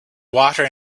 water